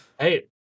Hey